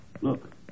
Look